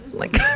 like,